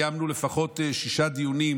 רק בחודשים האחרונים קיימנו לפחות שישה דיונים,